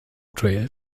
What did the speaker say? trail